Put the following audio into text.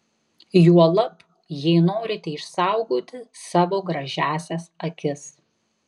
juolab jei norite išsaugoti savo gražiąsias akis